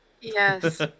Yes